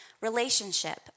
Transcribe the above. relationship